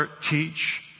teach